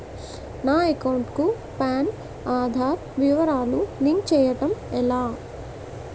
నా అకౌంట్ కు పాన్, ఆధార్ వివరాలు లింక్ చేయటం ఎలా?